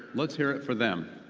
let's hear it for them.